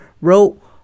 wrote